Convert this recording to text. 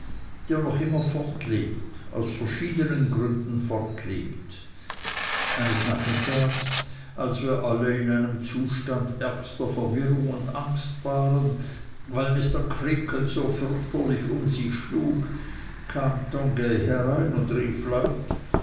der noch immer fortlebt aus verschiedenen gründen fortlebt eines nachmittags als wir alle in einem zustand ärgster verwirrung und angst waren weil mr creakle so fürchterlich um sich schlug kam tongay herein und rief laut